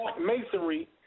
masonry